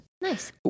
Nice